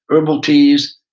herbal teas.